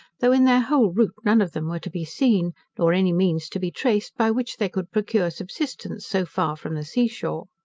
though in their whole route none of them were to be seen nor any means to be traced, by which they could procure subsistence so far from the sea shore.